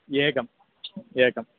एकम् एकम्